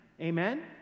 Amen